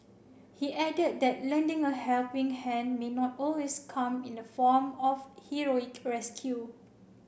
he added that lending a helping hand may not always come in the form of heroic rescue